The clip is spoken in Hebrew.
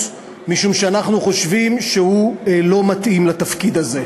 משום שאנחנו חושבים שהוא לא מתאים לתפקיד הזה.